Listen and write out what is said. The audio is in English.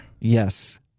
Yes